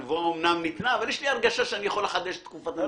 הנבואה אומנם ניתנה אבל יש לי הרגשה שאני יכול לחדש את תקופת הנביאים.